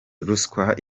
ruswa